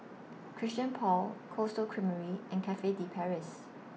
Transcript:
Christian Paul Cold Stone Creamery and Cafe De Paris